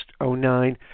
09